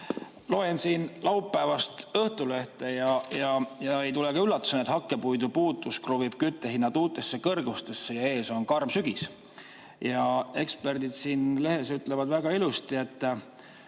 Loen siin laupäevast Õhtulehte ja ei tule üllatusena, et hakkepuidu puudus kruvib küttehinnad uutesse kõrgustesse ja ees on karm sügis. Eksperdid siin lehes ütlevad väga ilusti, et